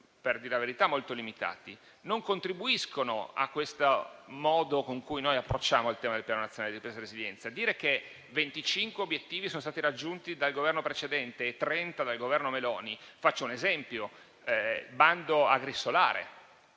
per dire la verità molto limitati - non contribuiscono al modo con cui noi approcciamo il tema del Piano nazionale di ripresa e resilienza. Si è detto che 25 obiettivi sono stati raggiunti dal Governo precedente e 30 dal Governo Meloni, ma faccio l'esempio del bando agrisolare: